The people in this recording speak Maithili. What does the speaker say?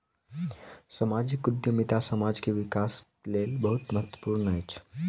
सामाजिक उद्यमिता समाज के विकासक लेल बहुत महत्वपूर्ण अछि